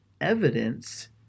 evidence